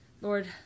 Lord